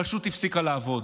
פשוט הפסיקה לעבוד.